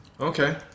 Okay